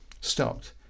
stopped